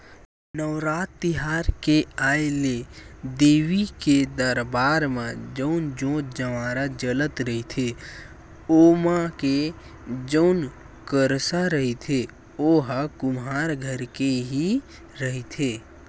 नवरात तिहार के आय ले देवी के दरबार म जउन जोंत जंवारा जलत रहिथे ओमा के जउन करसा रहिथे ओहा कुम्हार घर के ही रहिथे